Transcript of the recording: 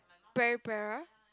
Peripera